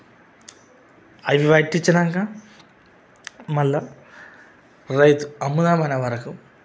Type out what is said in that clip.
అవి పట్టించి నాంక మళ్ళా రైతు అమ్ముదామనేంత వరకు